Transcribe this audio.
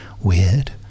weird